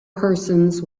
persons